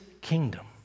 kingdom